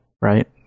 right